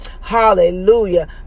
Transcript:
Hallelujah